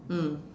mm